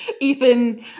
Ethan